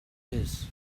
his